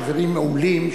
חברים מעולים,